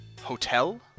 Hotel